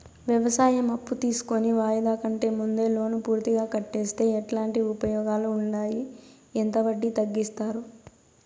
వ్యవసాయం అప్పు తీసుకొని వాయిదా కంటే ముందే లోను పూర్తిగా కట్టేస్తే ఎట్లాంటి ఉపయోగాలు ఉండాయి? ఎంత వడ్డీ తగ్గిస్తారు?